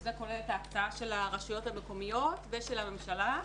שזה כולל את ההקצאה של הרשויות המקומיות ושל הממשלה.